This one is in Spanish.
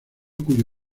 cuyo